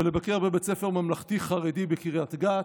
ולבקר בבית ספר ממלכתי-חרדי בקריית גת,